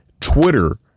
Twitter